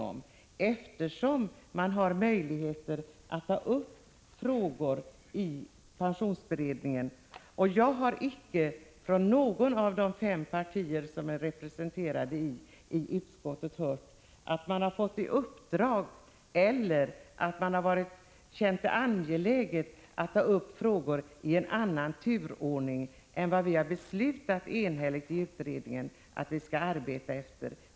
Man har ju i pensionsberedningen möjligheter att ta upp frågor. Jag har icke från något av de fem partier som är representerade i utskottet hört att man har fått i uppdrag att eller att man har känt det angeläget att ta upp frågor i en annan turordning än den som vi i utredningen enhälligt har beslutat att vi skall arbeta efter.